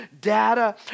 data